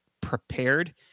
prepared